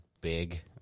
big